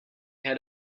had